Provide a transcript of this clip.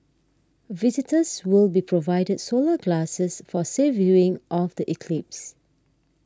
visitors will be provided solar glasses for safe viewing of the eclipse